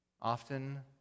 Often